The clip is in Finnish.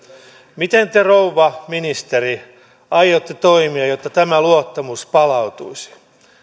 miten te rouva ministeri aiotte toimia jotta tämä luottamus palautuisi